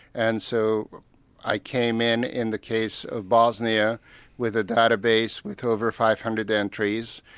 and so i came in, in the case of bosnia with a database with over five hundred entries,